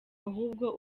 ahubwo